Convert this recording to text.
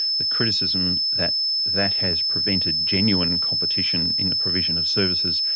the criticism that that has prevented genuine competition in the provision of services,